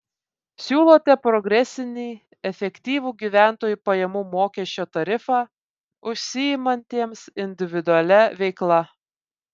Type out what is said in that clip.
siūlote progresinį efektyvų gyventojų pajamų mokesčio tarifą užsiimantiems individualia veikla